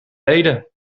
leden